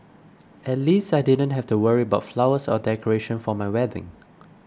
at least I didn't have to worry about flowers or decoration for my wedding